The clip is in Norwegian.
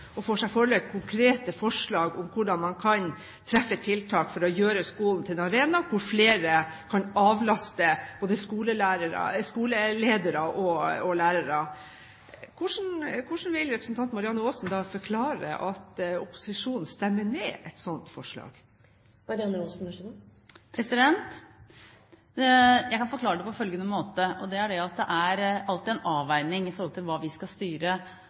og får seg forelagt konkrete forslag om hvordan man kan treffe tiltak for å gjøre skolen til en arena hvor flere kan avlaste både skoleledere og lærere. Hvordan vil representanten Marianne Aasen forklare at posisjonen stemmer ned et slikt forslag? Jeg kan forklare det på følgende måte: Det er alltid en avveining når det gjelder hva vi skal styre herfra, og hva vi skal styre